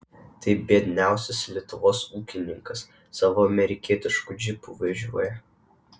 tai biedniausias lietuvos ūkininkas savo amerikietišku džipu važiuoja